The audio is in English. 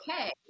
okay